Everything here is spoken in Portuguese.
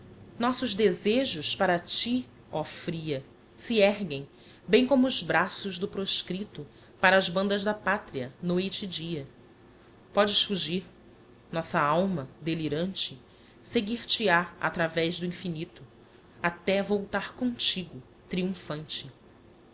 nossos desejos para ti oh fria se erguem bem como os braços do proscrito para as bandas da patria noite e dia podes fugir nossa alma delirante seguir te ha a travez do infinito até voltar comtigo triumphante